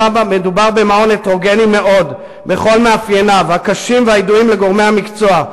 מדובר במעון הטרוגני מאוד בכל מאפייניו הקשים והידועים לגורמי המקצוע.